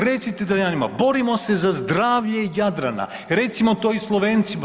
Recite Talijanima, borimo se za zdravlje Jadrana, recimo to i Slovencima.